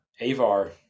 avar